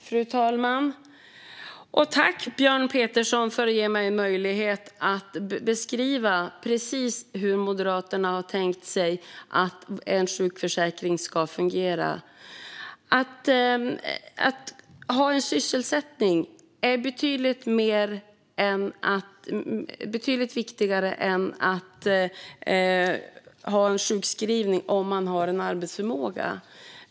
Fru talman! Jag vill tacka Björn Petersson för att han ger mig möjlighet att beskriva precis hur Moderaterna har tänkt sig att sjukförsäkringen ska fungera. Att ha en sysselsättning är betydligt viktigare än att ha en sjukskrivning om man har arbetsförmåga.